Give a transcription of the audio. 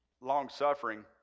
long-suffering